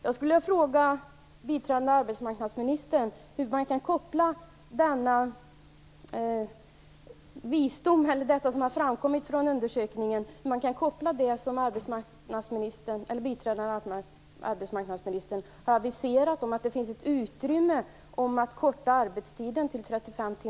Jag skulle vilja fråga hur man kan koppla undersökningens resultat till det som biträdande arbetsmarknadsministern har annonserat, dvs. att det finns ett utrymme för en förkortning av arbetstiden till 35